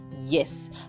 yes